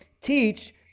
teach